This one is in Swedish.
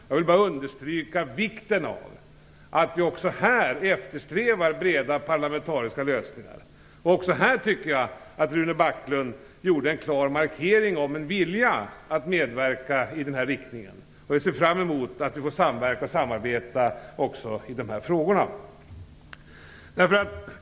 Jag vill bara understryka vikten av att vi också här eftersträvar breda parlamentariska lösningar. Jag tyckte att Rune Backlund även på denna punkt gorde en klar markering av en vilja att medverka i denna riktning. Vi ser fram emot att få samarbeta också i dessa frågor.